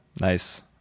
Nice